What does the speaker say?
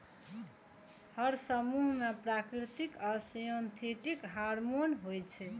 हर समूह मे प्राकृतिक आ सिंथेटिक हार्मोन होइ छै